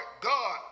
God